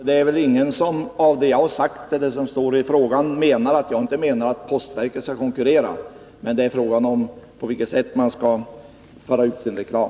Herr talman! Ett förtydligande: Det är ingen som av det jag har sagt nu eller skrivit i frågan tror att jag menar att postverket inte skall konkurrera. Vad frågan gäller är på vilket sätt man skall föra ut sin reklam.